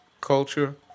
culture